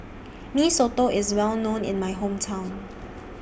Mee Soto IS Well known in My Hometown